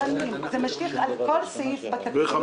כל זה משליך על כל סעיף בתקציב.